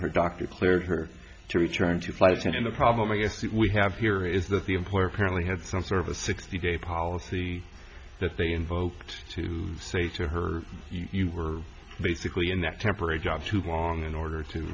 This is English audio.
her doctor cleared her to return to flight in the problem i guess we have here is that the employer apparently had some sort of a sixty day policy that they invoked to say to her you were basically in that temporary job too long in order to